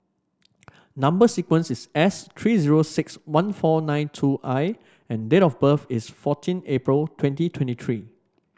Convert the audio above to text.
number sequence is S three zero six one four nine two I and date of birth is fourteen April twenty twenty three